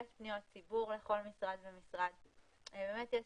לכל משרד ומשרד יש פניות ציבור ובאמת יש